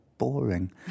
Boring